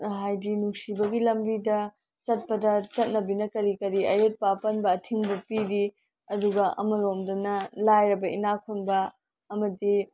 ꯍꯥꯏꯗꯤ ꯅꯨꯡꯁꯤꯕꯒꯤ ꯂꯝꯕꯤꯗ ꯆꯠꯄꯗ ꯆꯠꯅꯕꯤꯅ ꯀꯔꯤ ꯀꯔꯤ ꯑꯌꯦꯠꯄ ꯑꯄꯟꯕ ꯑꯊꯤꯡꯕ ꯄꯤꯔꯤ ꯑꯗꯨꯒ ꯑꯃꯔꯣꯝꯗꯅ ꯂꯥꯏꯔꯕ ꯏꯅꯥꯛ ꯈꯨꯟꯕ ꯑꯃꯗꯤ